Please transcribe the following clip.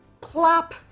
plop